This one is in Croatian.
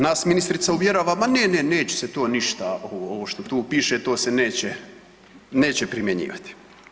Nas ministrica uvjerava ma ne, ne, neće se to ništa ovo što tu piše to se neće primjenjivati.